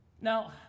Now